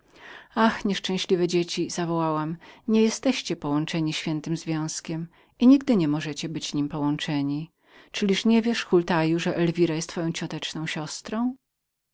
ach nieszczęśliwe dzieci zawołałam niejesteście połączeni świętym związkiem i nigdy nim być nie możecie czyliż nie wiesz hultaju że elwira jest twoją cioteczną siostrą